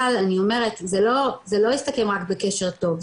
אבל אני אומרת זה לא מסתכם רק בקשר טוב,